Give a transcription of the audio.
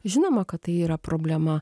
žinoma kad tai yra problema